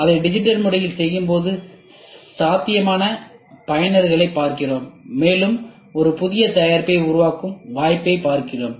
அதை டிஜிட்டல் முறையில் செய்யும்போது சாத்தியமான பயனர்களைப் பார்க்கிறோம் மேலும் ஒரு புதிய தயாரிப்பை உருவாக்கும் வாய்ப்பைப் பார்க்கிறோம்